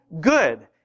good